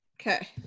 okay